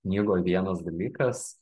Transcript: knygoj vienas dalykas